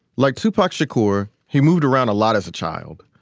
like tupac shakur, he moved around a lot as a child.